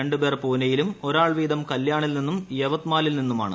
രണ്ടു പേർ പുനെയിലും ഒരാൾ വീതം കല്യാണ്ണിൽ നിന്നും യവത്മാലിൽ നിന്നുമാണ്